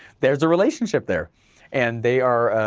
there's a relationship there and they are,